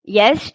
yes